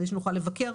כדי שנוכל לבקר.